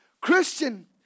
Christian